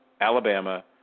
Alabama